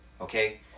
Okay